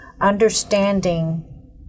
understanding